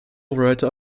writer